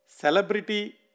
Celebrity